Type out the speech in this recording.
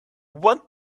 want